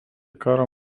karo